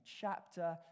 chapter